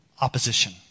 opposition